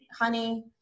honey